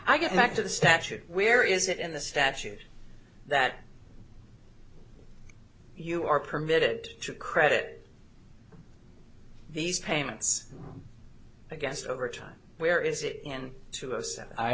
i get back to the statute where is it in the statute that you are permitted to credit these payments against over time where is it in to us and i